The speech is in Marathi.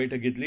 बैठक घेतली